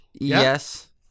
Yes